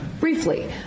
briefly